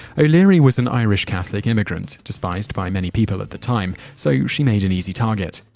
o'leary was an irish catholic immigrant despised by many people at the time so she made an easy target.